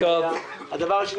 הדבר השני,